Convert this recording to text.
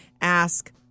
ask